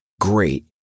great